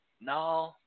No